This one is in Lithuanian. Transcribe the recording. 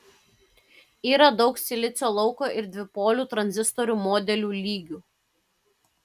yra daug silicio lauko ir dvipolių tranzistorių modelių lygių